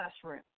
classroom